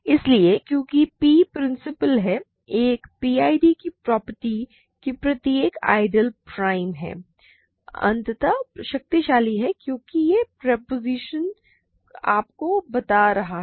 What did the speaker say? इसलिए क्योंकि P principle है एक पीआईडी की प्रॉपर्टी कि प्रत्येक आइडियल प्राइम है अत्यंत शक्तिशाली है क्योंकि यह प्रोपोज़िशन आपको बता रहा है